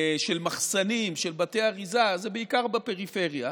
של מחסנים, של בתי אריזה, זה בעיקר בפריפריה,